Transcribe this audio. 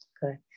Good